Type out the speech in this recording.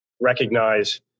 recognize